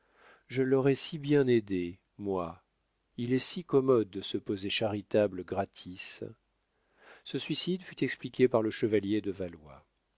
je l'aurais si bien aidé moi il est si commode de se poser charitable gratis ce suicide fut expliqué par le chevalier de valois